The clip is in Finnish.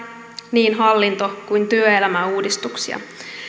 niin hallinto kuin työelämäuudistuksia